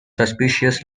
suspicious